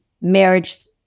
marriage